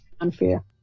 unfair